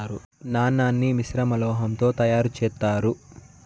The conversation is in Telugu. నాణాన్ని మిశ్రమ లోహం తో తయారు చేత్తారు